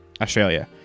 Australia